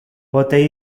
pote